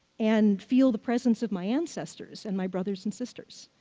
and feel the presence of my ancestors, and my brothers, and sisters.